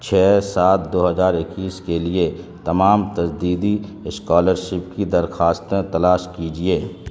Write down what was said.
چھ سات دو ہزار اکیس کے لیے تمام تجدیدی اسکالرشپ کی درخواستیں تلاش کیجیے